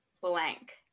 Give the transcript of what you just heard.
blank